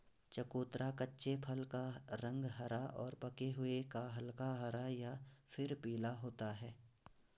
चकोतरा कच्चे फल का रंग हरा और पके हुए का हल्का हरा या फिर पीला होता है